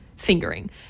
fingering